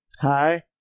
Hi